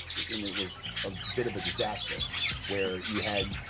it and it was a bit of a disaster where you had